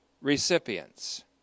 recipients